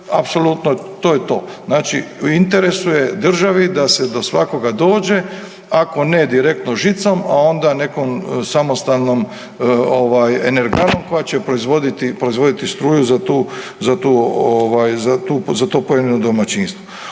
apsolutno to je to. Znači, u interesu je države da se do svakoga dođe. Ako ne direktno žicom, a onda nekom samostalnom energanom koja će proizvoditi struju za to pojedino domaćinstvo.